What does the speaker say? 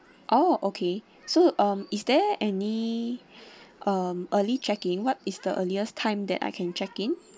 oh okay so um is there any um early check in what is the earliest time that I can check in